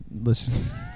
Listen